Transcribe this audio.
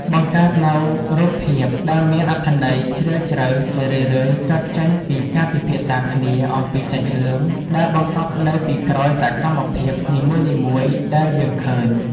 បង្កើតនូវរូបភាពដែលមានអត្ថន័យជ្រាលជ្រៅជារឿយៗកើតចេញពីការពិភាក្សាគ្នាអំពីសាច់រឿងដែលបង្កប់នៅពីក្រោយសកម្មភាពនីមួយៗដែលយើងឃើញ។